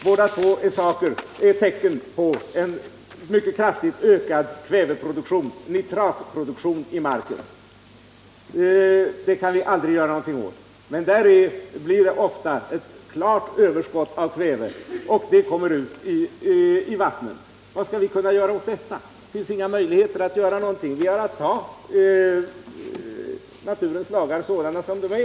Båda visar tecken på en mycket kraftig ökning av nitrathalten i marken. Den kan vi aldrig göra någonting åt. Här blir det ofta ett klart överskott av kväve som sedan kommer ut i vattnet. Vad kan vi göra åt detta? Det finns inga möjligheter att göra någonting. Vi har att ta naturens lager sådana som de är.